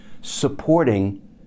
supporting